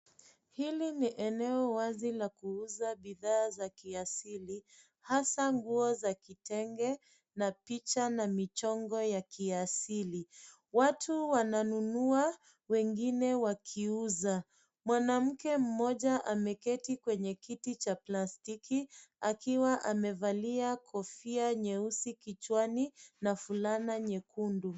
Hili ni eneo wazi la kuuza bidhaa za kiasili hasa nguo za kitenge na picha na michongo ya kiasili. Watu wananunua wengine wakiuza. Mwanamke mmoja ameketi kwenye kiti cha plastiki akiwa amevalia kofia nyeusi kichwani na fulana nyekundu.